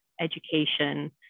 education